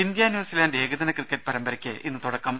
India New Zealand ഏകദിന cricket പരമ്പരയ്ക്ക് ഇന്ന് തുടക്കം